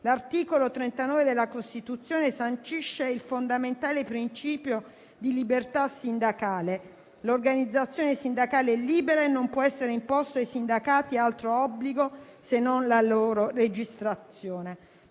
L'articolo 39 della Costituzione sancisce il fondamentale principio di libertà sindacale: «L'organizzazione sindacale è libera e non può essere imposto ai sindacati altro obbligo se non la loro registrazione